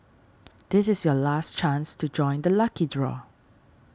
this is your last chance to join the lucky draw